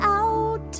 out